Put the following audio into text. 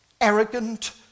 arrogant